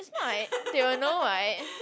it's not like they will know why